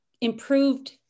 improved